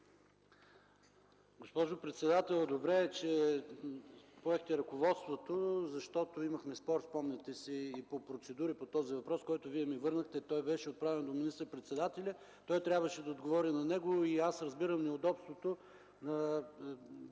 Госпожо председател, добре е, че поехте ръководството, защото имахме спор, спомняте си и по процедури по този въпрос, който Вие ми върнахте. Той беше отправен до министър-председателя, той трябваше да отговори на него, и аз разбирам неудобството на